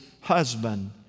husband